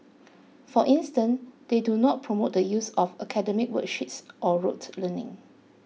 for instance they do not promote the use of academic worksheets or rote learning